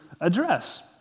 address